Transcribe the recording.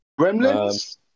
Gremlins